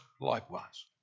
likewise